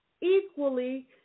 equally